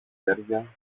χέρια